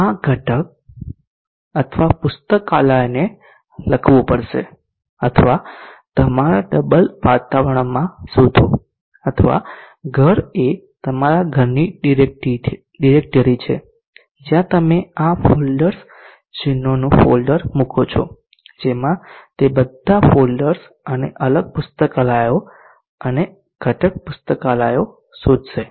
તમારે આ ઘટકપુસ્તકાલયને લખવું પડશેતમારા ડબલ અવતરણ માં શોધોઘર એ તમારા ઘરની ડિરેક્ટરી છે જ્યાં તમે આ ફોલ્ડર્સ ચિહ્નોનું ફોલ્ડર મુકો છો જેમાં તે બધા ફોલ્ડર્સ અને અલગ પુસ્તકાલયો અને ઘટક પુસ્તકાલયો શોધશે